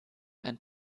ein